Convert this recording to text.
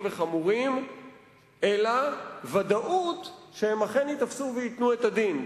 וחמורים אלא ודאות שהם אכן ייתפסו וייתנו את הדין,